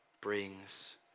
brings